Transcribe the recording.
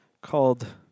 called